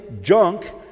junk